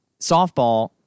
Softball